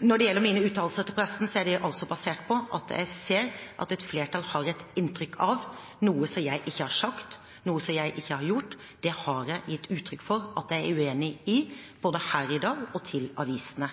Når det gjelder mine uttalelser til pressen, er de basert på at jeg ser at et flertall har et inntrykk av noe jeg ikke har sagt, noe jeg ikke har gjort. Det har jeg gitt uttrykk for at jeg er uenig i, både her i dag og til avisene.